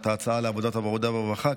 את ההצעה לוועדת העבודה והרווחה,